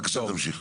בבקשה, תמשיך.